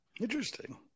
Interesting